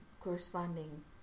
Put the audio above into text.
corresponding